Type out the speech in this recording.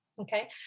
okay